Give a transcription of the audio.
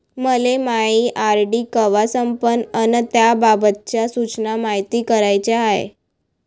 मले मायी आर.डी कवा संपन अन त्याबाबतच्या सूचना मायती कराच्या हाय